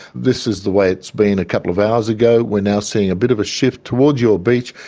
this is the way it's been a couple of hours ago, we are now seeing a bit of a shift towards your beach,